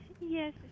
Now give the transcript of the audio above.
yes